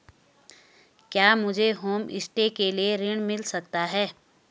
क्या मुझे होमस्टे के लिए ऋण मिल सकता है?